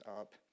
up